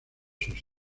sus